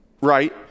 right